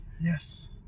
Yes